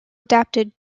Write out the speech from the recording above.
adapted